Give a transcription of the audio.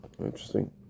interesting